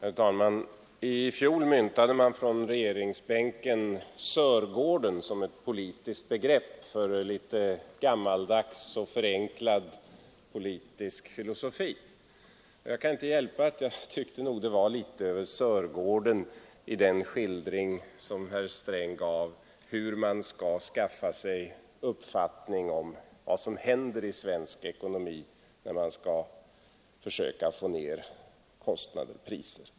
Herr talman! I fjol myntade man från regeringsbänken Sörgården som ett politiskt begrepp för en litet gammaldags och förenklad politisk filosofi. Jag kan inte hjälpa att jag tyckte det var något av Sörgården i den skildring som herr Sträng gav av hur man skall skaffa sig en uppfattning om vad som händer i svensk ekonomi, när man skall försöka få ned kostnader och priser.